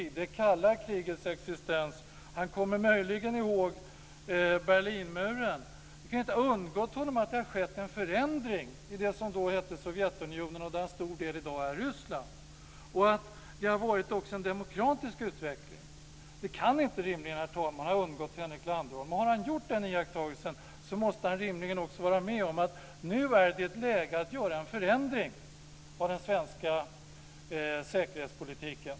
Jag talar om det kalla krigets existens. Han kommer möjligen ihåg Berlinmuren. Det kan inte ha undgått honom att det har skett en förändring i det som då hette Sovjetunionen och som i dag till en stor del utgörs av Ryssland. Det har varit en demokratisk utveckling. Det kan rimligen inte ha undgått Henrik Landerholm, herr talman. Om han har gjort den iakttagelsen, måste han rimligen också vara med på att det nu är läge att göra en förändring av den svenska säkerhetspolitiken.